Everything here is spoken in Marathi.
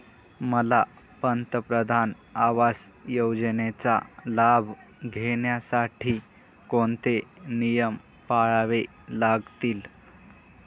मला पंतप्रधान आवास योजनेचा लाभ घेण्यासाठी कोणते नियम पाळावे लागतील?